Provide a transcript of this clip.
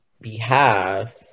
behalf